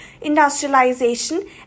industrialization